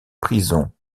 prisons